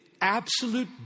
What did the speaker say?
absolute